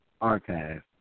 Archive